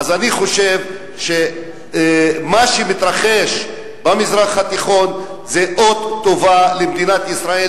אז אני חושב שמה שמתרחש במזרח התיכון זה אות טוב למדינת ישראל,